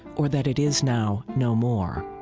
or that it is now no more.